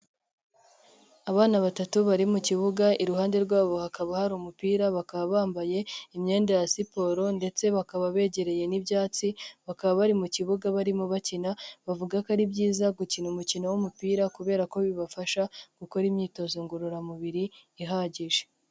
Abana batatu bari mu kibuga iruhande rwabo hakaba hari umupira bakaba bambaye imyenda ya siporo ndetse bakaba begereye n'ibyatsi bakaba bari mu kibuga barimo bakina, bavuga ko ari byiza gukina umukino w'umupira kubera ko bibafasha gukora imyitozo ngororamubiri ihagije.